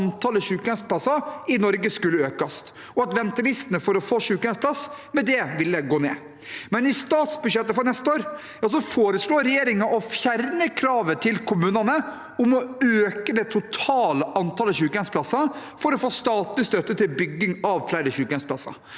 antallet sykehjemsplasser i Norge skulle økes, og at ventelistene for å få sykehjemsplass med det ville gå ned. Men i statsbudsjettet for neste år foreslår regjeringen å fjerne kravet til kommunene om å øke det totale antallet sykehjemsplasser for å få statlig støtte til bygging av flere sykehjemsplasser.